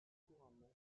couramment